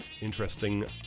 interesting